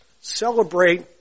Celebrate